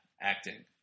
acting